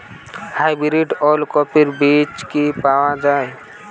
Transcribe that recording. Hybrid ওলকফি বীজ কি পাওয়া য়ায়?